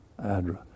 Adra